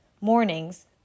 Mornings